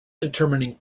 determining